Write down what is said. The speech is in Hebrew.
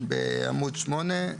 בעמוד 8,